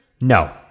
No